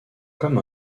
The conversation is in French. comme